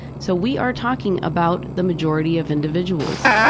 so we are talking about the majority of individuals.